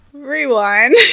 Rewind